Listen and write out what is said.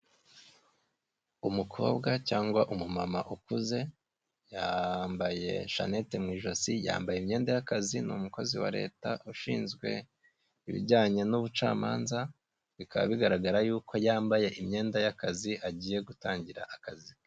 Umukobwa cyangwa umumama ukuze yambaye shanete mu ijosi yambaye imyenda y'akazi ni umukozi wa leta ushinzwe ibijyanye n'ubucamanza bikaba bigaragara yuko yambaye imyenda y'akazi agiye gutangira akazi ke.